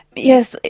yes,